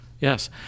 Yes